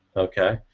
okay.